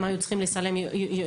הם היו צריכים לסיים י"א-י"ב.